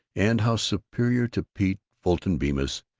and how superior to pete, fulton bemis,